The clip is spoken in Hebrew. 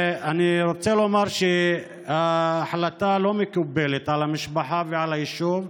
אני רוצה לומר שההחלטה לא מקובלת על המשפחה ועל היישוב.